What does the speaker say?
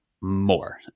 more